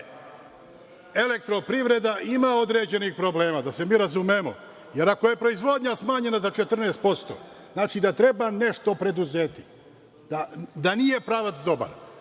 elektroprivreda ima određenih problema, da se mi razumemo, jer ako je proizvodnja smanjena za 14% znači da treba nešto preduzeti, da nije pravac dobar.